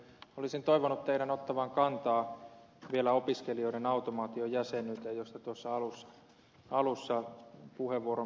olisin toivonut teidän ottavan kantaa vielä opiskelijoiden automaatiojäsenyyteen josta tuossa alussa käytin keskustelun ensimmäisen puheenvuoron